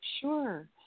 Sure